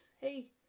hey